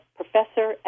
professor